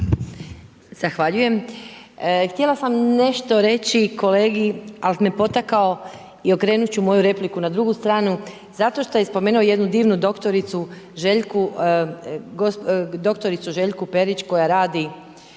Zahvaljujem. Htjela sam nešto reći kolegi ali me potakao i okrenut ću moju repliku na drugu stranu zato što je spomenuo jednu divnu doktoricu Željku Perić koja radi